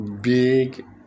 Big